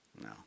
No